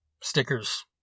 stickers